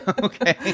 Okay